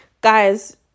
Guys